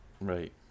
Right